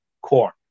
corn